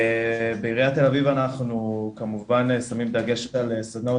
בעיריית תל אביב כמובן שמים דגש על סדנאות